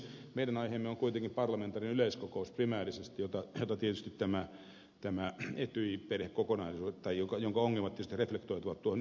meidän aiheemme on kuitenkin primäärisesti parlamentaarinen yleiskokous jonka ongelmat tietysti reflektoituvat tuohon yleiskokouksen teemaan